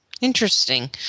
Interesting